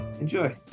enjoy